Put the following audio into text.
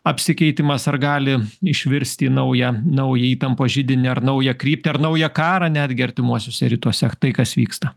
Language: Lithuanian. apsikeitimas ar gali išvirsti į naują naują įtampos židinį ar naują kryptį ar naują karą netgi artimuosiuose rytuose tai kas vyksta